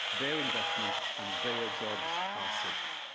their investment and their jobs are safe.